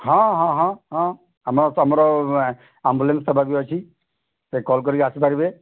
ହଁ ହଁ ହଁ ଆମର ତୁମର ଆମ୍ବୁଲାନ୍ସ ସେବା ବି ଅଛି କଲ୍ କରି ଆସି ପାରିବେ